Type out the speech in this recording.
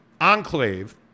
enclave